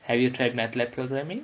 have you tried matlab programming